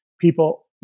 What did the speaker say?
people